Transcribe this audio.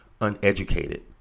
uneducated